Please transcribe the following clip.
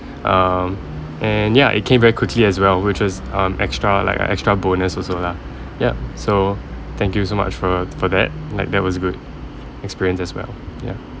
um and ya it came very quickly as well which is um extra like a extra bonus also lah yup so thank you so much for for that like that was a good experience as well ya